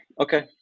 okay